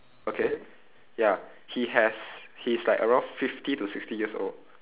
okay ya he has he's like around fifty to sixty years old